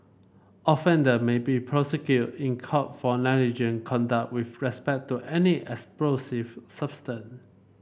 offender may be prosecuted in court for negligent conduct with respect to any explosive